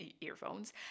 earphones